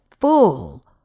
full